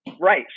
Right